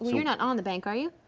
you're not on the bank, are you?